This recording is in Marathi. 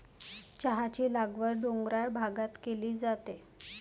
चहाची लागवड डोंगराळ भागात केली जाते